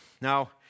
Now